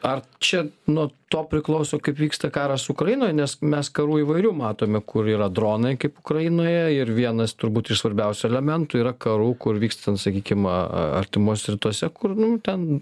ar čia nuo to priklauso kaip vyksta karas ukrainoj nes mes karų įvairių matome kur yra dronai kaip ukrainoje ir vienas turbūt iš svarbiausių elementų yra karų kur vyksta ten sakykim artimuose rytuose kur nu ten